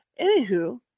Anywho